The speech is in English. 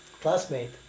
classmate